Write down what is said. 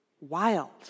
wild